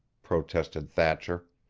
protested thatcher.